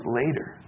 later